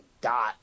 dot